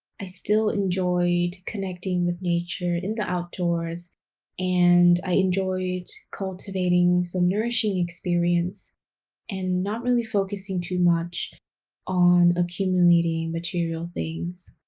i still enjoyed connecting with nature in the outdoors and i enjoyed cultivating some nourishing experience and not really focusing too much on accumulating material things.